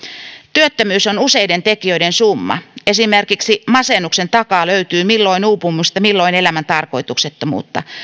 työttömyys on useiden tekijöiden summa esimerkiksi masennuksen takaa löytyy milloin uupumusta milloin elämän tarkoituksettomuutta